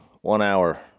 one-hour